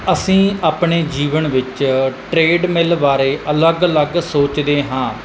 ਅਸੀਂ ਆਪਣੇ ਜੀਵਨ ਵਿੱਚ ਟਰੇਡ ਮਿਲ ਬਾਰੇ ਅਲੱਗ ਅਲੱਗ ਸੋਚਦੇ ਹਾਂ